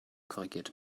korrigiert